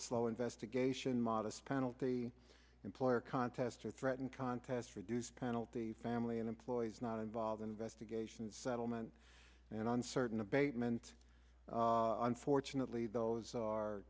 slow investigation modest penalty employer contest or threatened contests reduced penalty family and employees not involved investigations settlement and uncertain abatement unfortunately those are